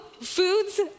foods